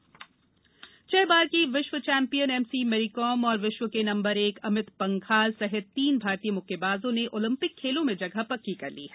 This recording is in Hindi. ओलंपिक कोटा छह बार की विश्व चैम्पियन एम सी मैरीकॉम और विश्व के नंबर एक अमित पंघाल सहित तीन भारतीय मुक्केबाजों ने ओलिंपिक खेलों में जगह पक्की कर ली है